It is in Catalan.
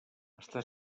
està